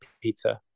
Peter